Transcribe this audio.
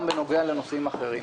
גם בנוגע לנושאים אחרים.